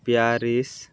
Paris